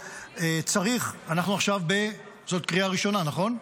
אנחנו עכשיו בקריאה ראשונה, נכון?